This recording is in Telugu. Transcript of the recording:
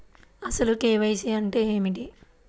అసలు కే.వై.సి అంటే ఏమిటి?